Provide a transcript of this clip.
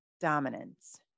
dominance